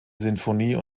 sinfonie